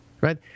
Right